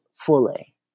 Fully